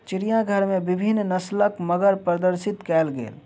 चिड़ियाघर में विभिन्न नस्लक मगर प्रदर्शित कयल गेल